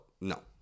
no